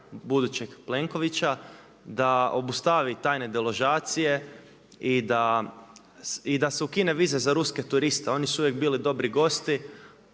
budućeg Plenovića da obustavi tajne deložacije i da se ukine vize za ruske turiste, oni su uvijek bili dobri gosti,